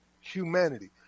humanity